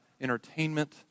entertainment